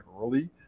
early